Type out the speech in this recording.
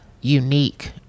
unique